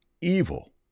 evil